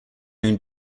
owned